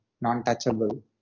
non-touchable